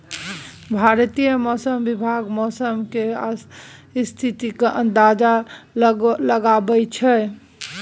भारतीय मौसम विभाग मौसम केर स्थितिक अंदाज लगबै छै